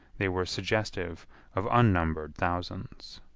they were suggestive of unnumbered thousands.